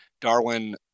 Darwin